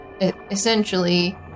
essentially